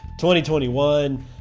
2021